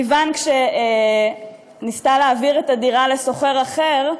סיון, כשניסתה להעביר את הדירה לשוכר אחר,